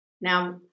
Now-